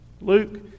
Luke